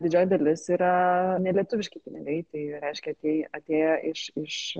didžioji dalis yra nelietuviški pinigai tai reiškia tai atėjo iš iš